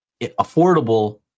affordable